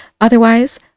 Otherwise